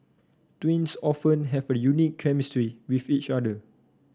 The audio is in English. twins often have a unique chemistry with each other